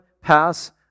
pass